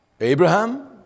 Abraham